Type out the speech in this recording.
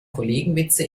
kollegenwitze